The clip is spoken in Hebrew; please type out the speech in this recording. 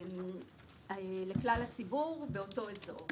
לכלל הציבור באותו אזור,